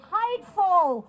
hateful